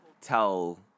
Tell